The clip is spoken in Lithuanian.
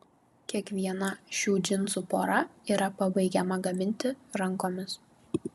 kiekviena šių džinsų pora yra pabaigiama gaminti rankomis